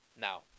Now